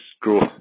growth